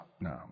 No